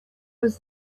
was